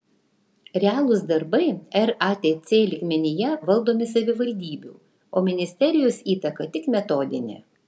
realūs darbai ratc lygmenyje valdomi savivaldybių o ministerijos įtaka tik metodinė